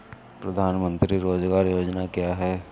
प्रधानमंत्री रोज़गार योजना क्या है?